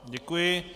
Děkuji.